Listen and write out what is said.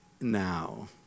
now